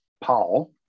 Paul